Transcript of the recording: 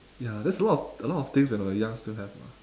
ya there's a lot a lot of things when we were young still have lah